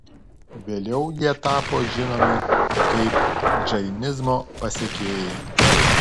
vėliau jie tapo žinomi kaip džainizmo pasekėjai